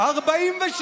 46